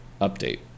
Update